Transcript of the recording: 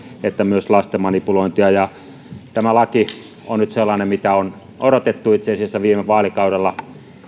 että myös lasten manipulointia tämä laki on nyt sellainen mitä on odotettu itse asiassa viime vaalikaudella